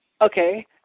Okay